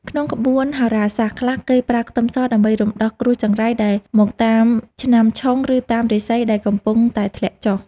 ក្នុងក្បួនហោរាសាស្ត្រខ្លះគេប្រើខ្ទឹមសដើម្បីរំដោះគ្រោះចង្រៃដែលមកតាមឆ្នាំឆុងឬតាមរាសីដែលកំពុងតែធ្លាក់ចុះ។